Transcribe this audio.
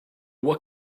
what